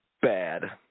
Bad